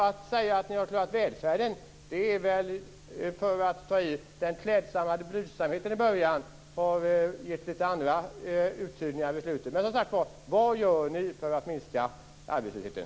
Att säga att ni har klarat välfärden är väl att ta i. Den klädsamma blygsamheten i början har fått lite andra uttydningar mot slutet. Men som sagt var: Vad gör ni för att minska arbetslösheten?